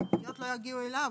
הפניות לא יגיעו אליו,